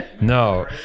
No